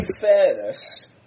fairness